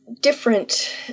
different